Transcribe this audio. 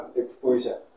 exposure